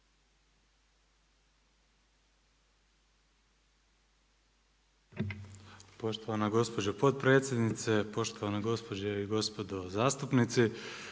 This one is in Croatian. Poštovana gospođo potpredsjednice, poštovana gospođe i gospodo zastupnici.